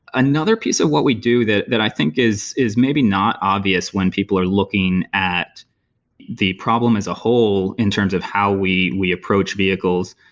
another piece of what we do that that i think is is maybe not obvious when people are looking at the problem as a whole in terms of how we we approach vehicles,